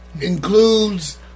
includes